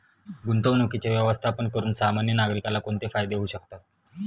गुंतवणुकीचे व्यवस्थापन करून सामान्य नागरिकाला कोणते फायदे होऊ शकतात?